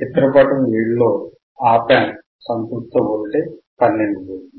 చిత్రపటం 7లో op amp సంతృప్త వోల్టేజ్ 12 వోల్టులు